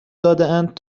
دادهاند